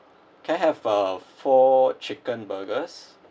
can I have uh four chicken burgers